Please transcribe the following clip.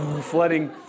flooding